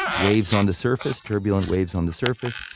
waves on the surface, turbulent waves on the surface,